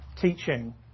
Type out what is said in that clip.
teaching